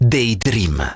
Daydream